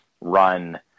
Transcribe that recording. run